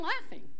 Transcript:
laughing